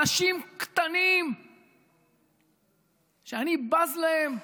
אנשים קטנים שאני בז להם.